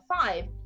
five